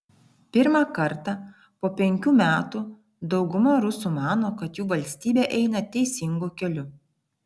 pirmą kartą po penkių metų dauguma rusų mano kad jų valstybė eina teisingu keliu